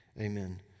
amen